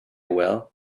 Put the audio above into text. will